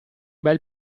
bel